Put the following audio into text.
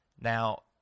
Now